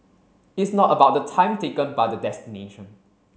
it's not about the time taken but the destination